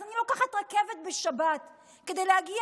אז אני לוקחת רכבת בשבת כדי להגיע